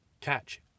catch